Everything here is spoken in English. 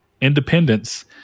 independence